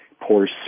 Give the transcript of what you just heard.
poor